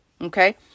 okay